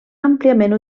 àmpliament